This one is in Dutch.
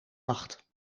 acht